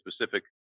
specific